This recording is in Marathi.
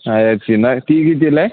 हायरची ना ती कितीला आहे